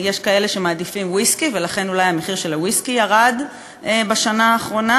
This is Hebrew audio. יש כאלה שמעדיפים ויסקי ולכן אולי המחיר של הוויסקי ירד בשנה האחרונה,